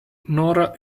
nora